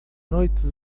noite